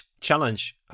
challenge